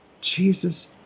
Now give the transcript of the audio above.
Jesus